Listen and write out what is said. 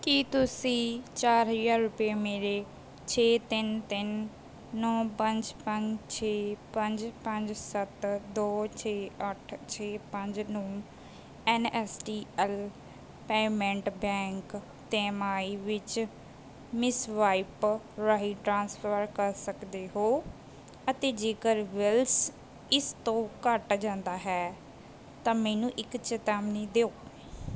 ਕੀ ਤੁਸੀਂ ਚਾਰ ਹਜ਼ਾਰ ਰੁਪਏ ਮੇਰੇ ਛੇ ਤਿੰਨ ਤਿੰਨ ਨੌਂ ਪੰਜ ਪੰਜ ਛੇ ਪੰਜ ਪੰਜ ਸੱਤ ਦੋ ਛੇ ਅੱਠ ਛੇ ਪੰਜ ਨੂੰ N S D L payment bank ਤਿਮਾਹੀ ਵਿੱਚ ਮਿਸਵਾਈਪ ਰਾਹੀਂ ਟ੍ਰਾਂਸਫਰ ਕਰ ਸਕਦੇ ਹੋ ਅਤੇ ਜੇਕਰ ਬਿੱਲਸ ਇਸ ਤੋਂ ਘੱਟ ਜਾਂਦਾ ਹੈ ਤਾਂ ਮੈਨੂੰ ਇੱਕ ਚੇਤਾਵਨੀ ਦਿਓ